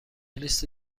لیست